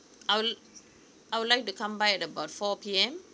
I would li~ I would like to come by at about four P_M